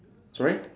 sorry